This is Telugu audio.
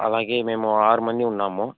అలాగే మేము ఆరు మంది ఉన్నాము